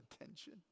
attention